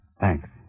Thanks